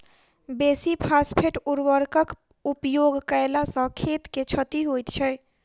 बेसी फास्फेट उर्वरकक उपयोग कयला सॅ खेत के क्षति होइत छै